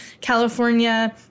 California